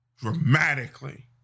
dramatically